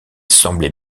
semblait